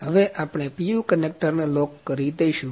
હવે આપણે PU connector ને લોક કરી દેશું